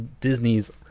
Disney's